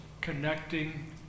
connecting